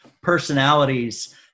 personalities